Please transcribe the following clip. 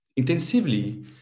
Intensively